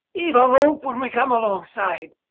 heave a rope when we come alongside.